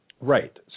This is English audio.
Right